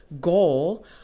goal